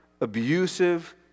abusive